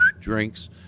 drinks